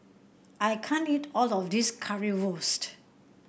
I can't eat all of this Currywurst